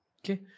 okay